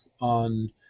on